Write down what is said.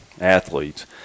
athletes